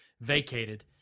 vacated